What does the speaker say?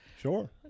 Sure